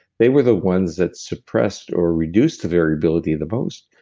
they were the ones that suppressed or reduced the variability the most,